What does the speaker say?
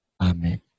Amen